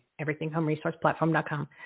everythinghomeresourceplatform.com